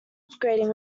upgrading